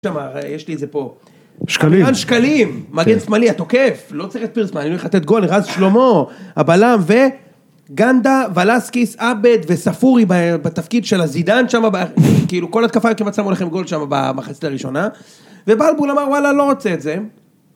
יש לי את זה פה, שקלים, עמירן שקלים מגן שמאלי התוקף, לא צריך את פרסמה, אני הולך לתת גול, לרז שלמה, הבלם וגנדה, ולאסקיס, אבד וספורי בתפקיד של הזידן שם, כאילו כל התקפה כמעט שמו לכם גול שם במחצת הראשונה, ובלבול אמר וואלה לא רוצה את זה